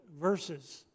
verses